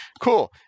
Cool